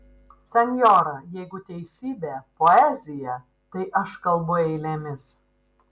senjora jeigu teisybė poezija tai aš kalbu eilėmis